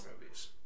movies